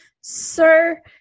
sir